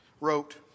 wrote